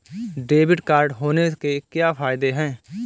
Debit card होने के क्या फायदे हैं?